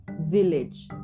village